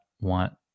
want